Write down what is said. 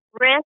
Risk